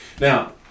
Now